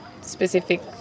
specific